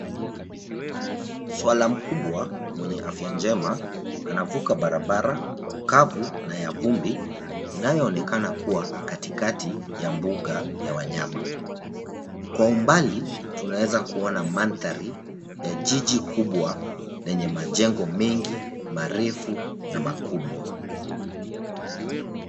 Swara mkubwa mwenye afya njema anavuka barabara kavu na ya vumbi inayoonekana kuwa katikati ya mbuga ya wanyama. Kwa umbali tunaweza kuona mandhari ya jiji kubwa lenye majengo mengi marefu na makubwa.